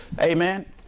Amen